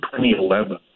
2011